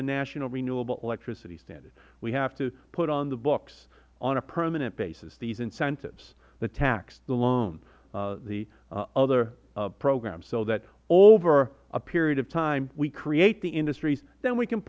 a national renewable electricity standard we have to put on the books on a permanent basis these incentives the tax the loans the other programs so that over a period of time we create the industries then we can